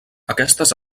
aquestes